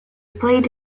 played